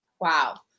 Wow